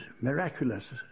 miraculous